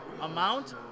amount